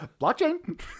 Blockchain